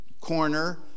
corner